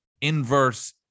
inverse